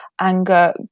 anger